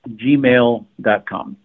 gmail.com